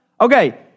Okay